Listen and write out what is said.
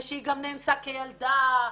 ושהיא גם נאנסה כילדה,